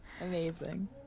Amazing